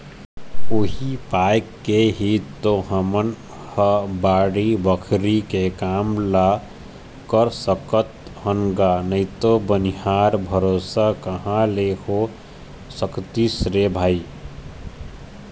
उही पाय के ही तो हमन ह बाड़ी बखरी के काम ल कर सकत हन गा नइते बनिहार भरोसा कहाँ ले हो सकतिस रे भई